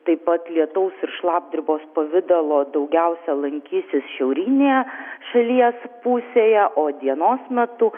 taip pat lietaus ir šlapdribos pavidalo daugiausiai lankysis šiaurinėje šalies pusėje o dienos metu